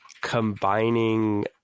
combining